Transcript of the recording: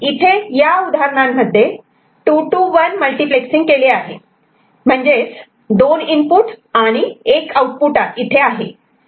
तर इथे या उदाहरणांमध्ये 2 to 1 मल्टिप्लेक्ससिंग केले आहे म्हणजेच दोन इनपुट आणि एक आउटपुट इथे आहे